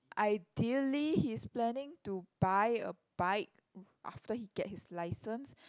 ideally he is planning to buy a bike after he get his licence